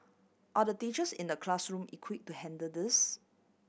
are the teachers in the classroom equip to handle this